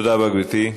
תודה רבה, גברתי.